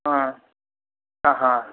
ಹಾಂ ಹಾಂ ಹಾಂ